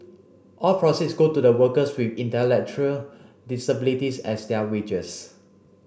all proceeds go to the workers with intellectual disabilities as their wages